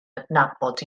adnabod